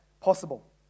possible